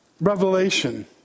Revelation